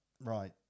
right